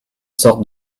sortent